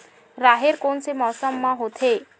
राहेर कोन से मौसम म होथे?